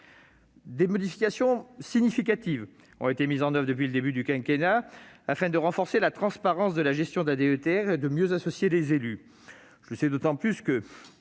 Des modifications significatives ont été mises en oeuvre depuis le début du quinquennat, afin de renforcer la transparence de la gestion de la DETR et de mieux associer les élus. Bon nombre d'entre elles ont